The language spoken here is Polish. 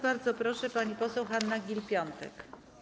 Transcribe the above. Bardzo proszę, pani poseł Hanna Gill-Piątek.